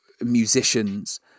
musicians